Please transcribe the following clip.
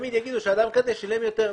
תמיד יאמרו שאדם כזה שילם יותר.